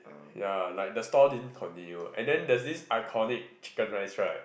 ya like the stall didn't continue and then there's this iconic chicken rice right